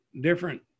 different